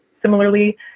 Similarly